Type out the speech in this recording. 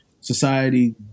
society